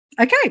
Okay